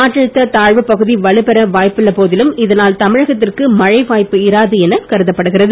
காற்றழுத்தத் தாழ்வுப்பகுதி வலுப்பெற வாய்ப்புள்ள போதிலும் இதனால் தமிழகத்திற்கு மழை வாய்ப்பு இராது என எதிர்பார்க்கப்படுகிறது